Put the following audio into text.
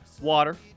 water